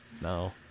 no